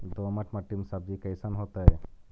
दोमट मट्टी में सब्जी कैसन होतै?